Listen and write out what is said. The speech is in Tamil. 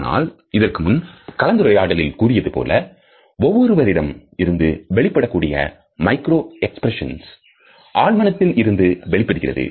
ஆனால் இதற்கு முன் கலந்துரையாடலில் கூறியதுபோல ஒவ்வொருவரிடம் இருந்து வெளிப்படக்கூடிய மைக்ரோ எக்ஸ்பிரஷன்ஸ் ஆழ்மனதில் இருந்து வெளிப்படுகிறது